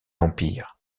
empire